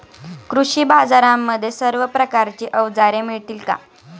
कृषी बाजारांमध्ये सर्व प्रकारची अवजारे मिळतील का?